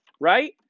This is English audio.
right